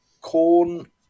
corn